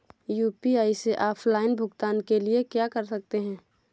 UPI से offline भुगतान के लिए क्या कर सकते हैं?